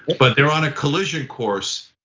but they're on a collision course.